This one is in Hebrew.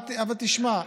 תשמע,